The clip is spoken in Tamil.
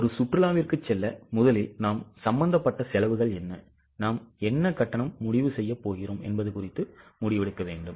ஒரு சுற்றுலாவிற்கு செல்ல முதலில் நாம் சம்பந்தப்பட்ட செலவுகள் என்ன நாம் என்ன கட்டணம் முடிவு செய்ய போகிறோம் என்பது குறித்து முடிவெடுங்கள்